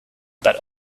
but